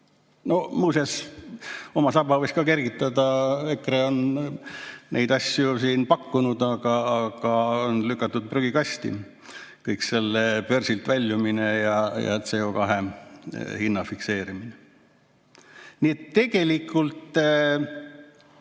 Muuseas, oma saba võiks ka kergitada, EKRE on neid asju siin pakkunud, aga on lükatud prügikasti kõik see börsilt väljumine ja CO2hinna fikseerimine. Nii et tegelikult